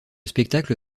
spectacle